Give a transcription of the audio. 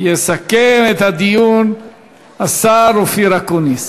יסכם את הדיון השר אופיר אקוניס.